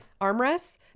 armrests